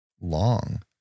long